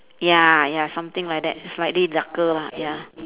ya ya something like that it's slightly darker lah ya